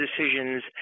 decisions